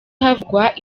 havugwa